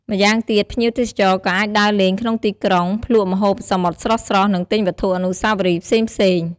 ម្យ៉ាងទៀត ភ្ញៀវទេសចរក៏អាចដើរលេងក្នុងទីក្រុង ភ្លក្សម្ហូបសមុទ្រស្រស់ៗ និងទិញវត្ថុអនុស្សាវរីយ៍ផ្សេងៗ។